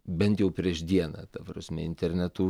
bent jau prieš dieną ta prasme internetu